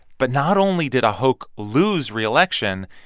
but not only did ahok lose re-election,